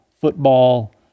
Football